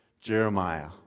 Jeremiah